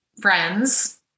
friends